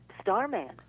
Starman